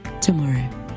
tomorrow